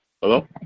Hello